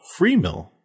Freemill